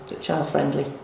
child-friendly